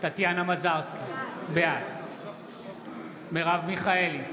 טטיאנה מזרסקי, בעד מרב מיכאלי,